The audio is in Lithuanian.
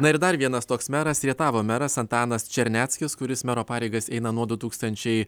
na ir dar vienas toks meras rietavo meras antanas černeckis kuris mero pareigas eina nuo du tūkstančiai